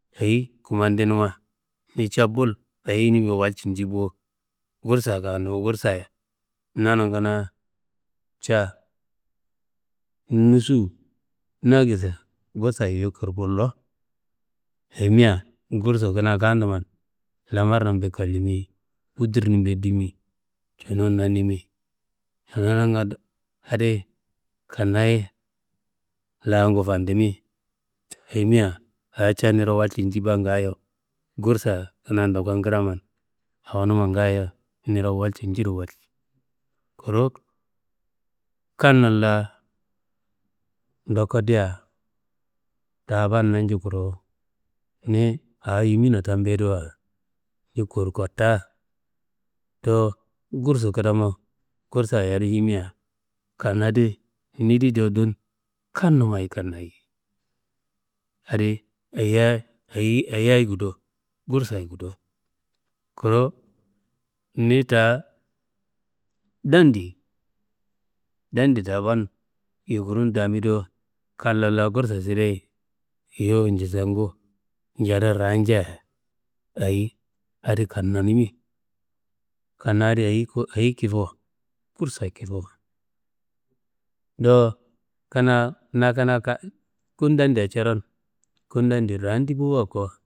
Ayi kumadinima, niyi ca bul ayinimbe walcu njibo, gursa kandumo gursayi nanum kanaa ca nusuwu nagissa gursayi yuwu kurumbulo. Ayime, gursu kanaa kanduman lamarnumbe kallimi, uturnumbe dimi, cunum nanimi, ananangando adi kannayi langu fandimi. Ayime, awo ca niro walcu njiba ngaayo gursa kanaa ndokon kadaman awonuma ngaayo kanaa walcu njiro walci. Kuru kanumla ndoko dea taaban nacukuro, niyi awo imina tambiyediwa, niyi kor kottaa dowo gursu kadamo gursa yadumu yedime, kannadi niyi dowo dun kanumaye kannayi adi ayiyayi gudo, gursayi gudo. Kuru niyi daa dandi, dandi taaban yukurum damido kanumlayi gursu sideyi yuwu njisengu njadu raanja ayi adi kannanimi. Kannadi ayi kifo gusayi kifo, dowo na kanaa kundodi curon, kundodi raantibowa ko.